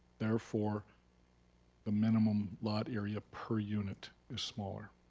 therefore the minimum lot area per unit is smaller.